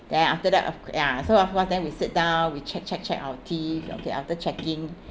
then after that ya so of course then we sit down we check check check our teeth okay after checking